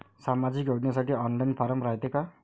सामाजिक योजनेसाठी online form रायते का?